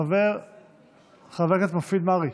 חבר הכנסת מופיד מרעי,